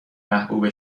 محبوب